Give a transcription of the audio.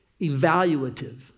Evaluative